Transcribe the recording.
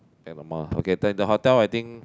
then the mall ah okay then the hotel I think